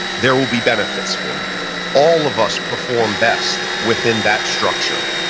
there will be benefits for you all of us perform best within that structure.